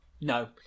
no